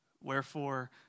Wherefore